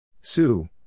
Sue